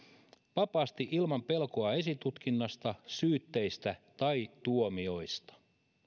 vapaasti ilman pelkoa esitutkinnasta syytteistä tai tuomioista